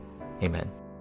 Amen